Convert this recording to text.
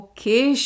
Okay